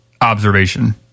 observation